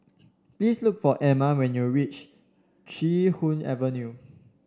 please look for Ama when you reach Chee Hoon Avenue